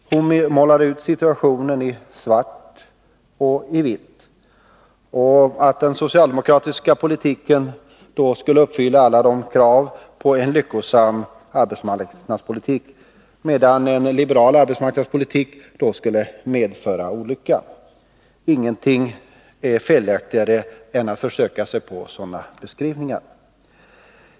Hon målade ut situationen i svart och vitt: den socialdemokratiska politiken skulle uppfylla alla krav på en lyckosam arbetsmarknadspolitik, medan en liberal arbetsmarknadspolitik skulle medföra olycka. Ingenting är felaktigare än att försöka sig på sådana beskrivningar.